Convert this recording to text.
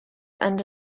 and